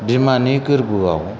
बिमानि गोरबोआव